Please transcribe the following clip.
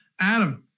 Adam